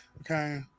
Okay